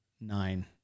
nine